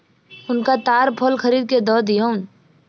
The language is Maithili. हुनका ताड़ फल खरीद के दअ दियौन